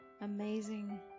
amazing